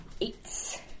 Eight